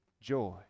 joy